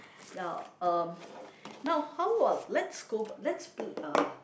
now um now how while let's go let's uh